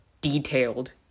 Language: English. detailed